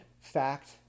fact